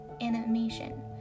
animation